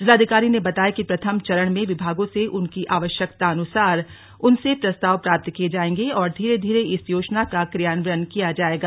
जिलाधिकारी ने बताया कि प्रथम चरण में विभागों से उनकी आवश्यकतानुसार उनसे प्रस्ताव प्राप्त किये जायेंगे और धीरे धीरे इस योजना का क्रियान्वयन किया जायेगा